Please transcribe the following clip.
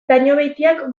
dañobeitiak